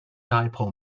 dipole